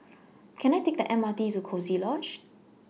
Can I Take The M R T to Coziee Lodge